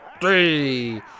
three